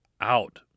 out